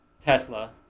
Tesla